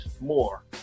more